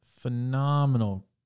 phenomenal